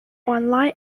online